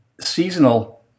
seasonal